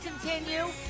continue